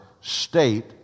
state